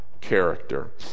character